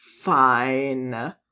fine